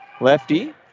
lefty